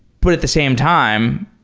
but at the same time,